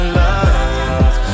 love